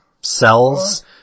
cells